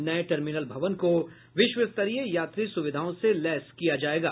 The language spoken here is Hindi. नये टर्मिनल भवन को विश्व स्तरीय यात्री सुविधाओं से लैस किया जायेगा